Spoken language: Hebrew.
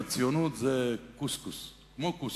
הציונות זה כמו קוסקוס,